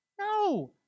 No